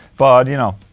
but you know.